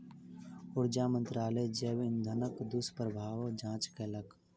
ऊर्जा मंत्रालय जैव इंधनक दुष्प्रभावक जांच केलक